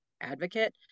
Advocate